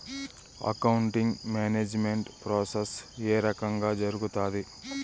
accounting management process ఏ రకంగా జరుగుతాది